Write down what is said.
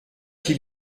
qui